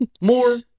more